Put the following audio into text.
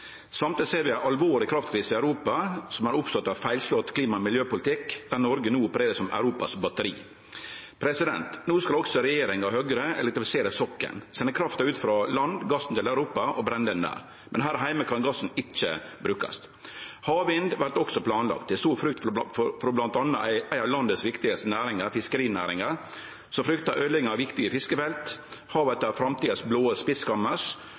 Samtidig ser vi ei alvorleg kraftkrise i Europa som har oppstått av feilslått klima- og miljøpolitikk, der Noreg no opererer som Europas batteri. No skal regjeringa og Høgre også elektrifisere sokkelen, sende krafta ut frå land, gassen til Europa og brenne han der, men her heime kan gassen ikkje brukast. Havvind vert også planlagd. Det er stor frykt i bl.a. ei av landets viktigaste næringar, fiskerinæringa, som fryktar øydelegging av viktige fiskefelt. Havet er eit av framtidas blåe